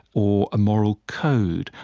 or a moral code,